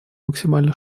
максимально